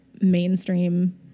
mainstream